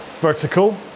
vertical